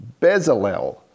Bezalel